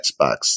Xbox